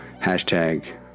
hashtag